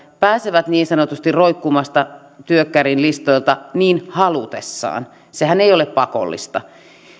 pääsevät niin sanotusti roikkumasta työkkärin listoilta niin halutessaan sehän ei ole pakollista